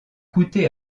coûté